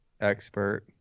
expert